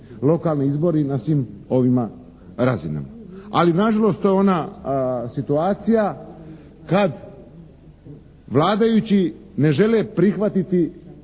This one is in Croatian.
lokalni izbori na svim ovim razinama. Ali nažalost, to je ona situacija kad vladajući ne žele prihvatiti